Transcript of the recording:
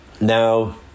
Now